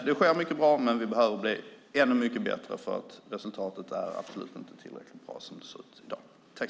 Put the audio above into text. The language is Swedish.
Det sker mycket som är bra, men vi behöver bli ännu mycket bättre, för resultatet är absolut inte tillräckligt bra som det ser ut i dag.